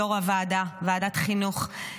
יו"ר ועדת החינוך.